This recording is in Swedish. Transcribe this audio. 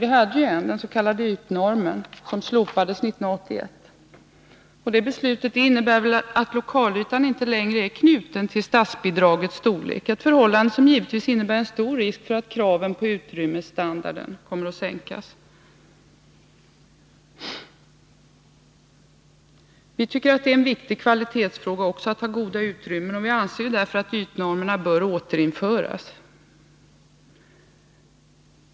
Vi hade en, den s.k. ytnormen, som slopades 1981. Det beslutet innebar att lokalytan inte längre är knuten till statsbidragets storlek, ett förhållande som givetvis medför en stor risk för att kravet på ytstandard kommer att sänkas. Vi tycker att det är en viktig kvalitetsfråga också att ha goda utrymmen, och vi anser därför att ytnormerna bör återinföras.